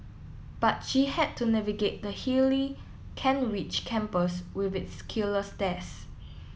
but she had to navigate the hilly Kent Ridge campus with its killer stairs